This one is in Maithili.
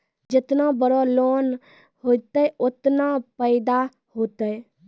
जेतना बड़ो लोन होतए ओतना फैदा होतए